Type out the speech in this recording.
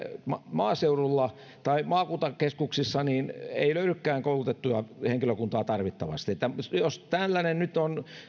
maaseudulla tai maakuntakeskuksissa ei löydykään koulutettua henkilökuntaa tarvittavasti että jos tällainen nyt on